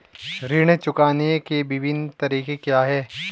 ऋण चुकाने के विभिन्न तरीके क्या हैं?